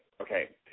okay